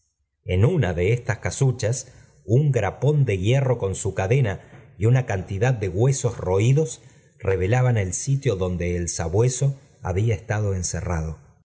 en una d estas casuchas un grapón de hierro con un cadena y una cantidad de huesos roídos revelaban el sitio donde el sabueso había estado encerrado